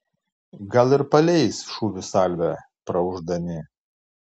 gal ir paleis šūvių salvę praūždami